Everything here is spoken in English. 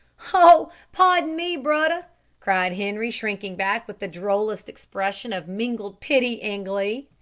oh! pardon me, broder, cried henri, shrinking back, with the drollest expression of mingled pity and glee.